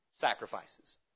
sacrifices